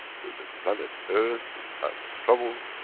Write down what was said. with the planet earth, in time of trouble,